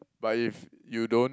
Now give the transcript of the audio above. but if you don't